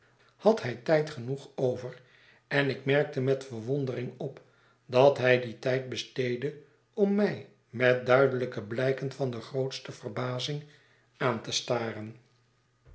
had hij tijd genoeg over en ik merkte met verwondering op dat hij dien tijd besteedde om mij met dmdelijke blijken van de grootste verbazing aan te staren